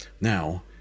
now